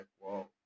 wow